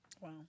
Wow